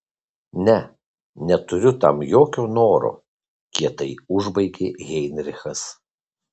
ne neturiu tam jokio noro kietai užbaigė heinrichas